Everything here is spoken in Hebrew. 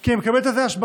כי היא מקבלת על זה השבחה,